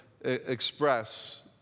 express